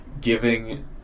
giving